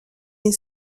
une